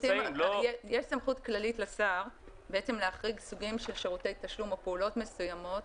יש סמכות כללית לשר להחריג סוגים של שירותי תשלום או פעולות מסוימות,